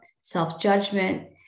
self-judgment